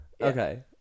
okay